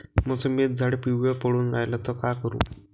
मोसंबीचं झाड पिवळं पडून रायलं त का करू?